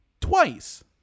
twice